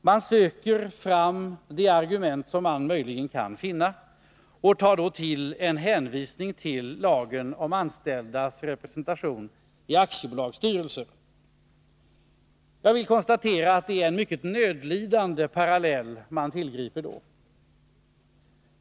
Man söker fram de argument som man möjligen kan finna och tar då till en hänvisning till lagen om anställdas representation i aktiebolagsstyrelser. Jag vill konstatera att det är en nödlösning när man tillgriper den parallellen.